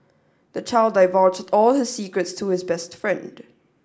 the child divulged all his secrets to his best friend